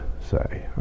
say